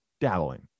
dabbling